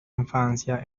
infancia